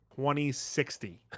2060